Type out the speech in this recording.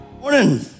Morning